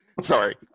sorry